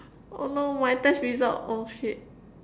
oh no my test result oh shit